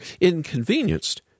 inconvenienced